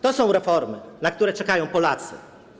To są reformy, na które czekają Polacy.